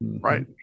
Right